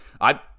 I-